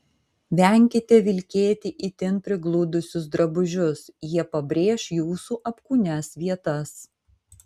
venkite vilkėti itin prigludusius drabužius jie pabrėš jūsų apkūnias vietas